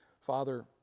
Father